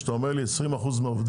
שאתה אומר לי 20% מהעובדים,